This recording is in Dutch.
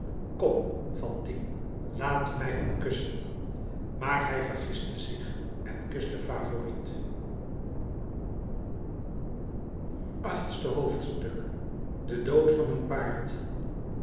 kom fantine laat mij u kussen maar hij vergiste zich en kuste favourite achtste hoofdstuk de dood van een paard